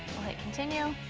hit continue.